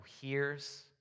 hears